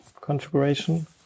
configuration